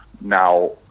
now